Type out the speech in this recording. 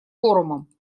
форумом